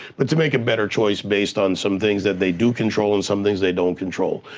but to make a better choice based on some things that they do control and some things they don't control.